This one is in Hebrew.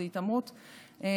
זו התעמרות במטופלים,